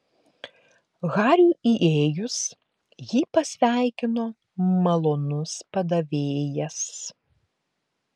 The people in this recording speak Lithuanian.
hariui įėjus jį pasveikino malonus padavėjas